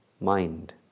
mind